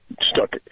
stuck